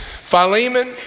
philemon